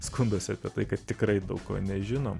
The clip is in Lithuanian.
skunduose apie tai kad tikrai daug ko nežinom